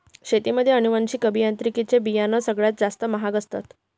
शेतीमध्ये अनुवांशिक अभियांत्रिकी चे बियाणं सगळ्यात जास्त महाग असतात